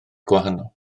gwahanol